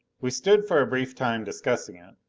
we stood for a brief time discussing it.